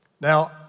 Now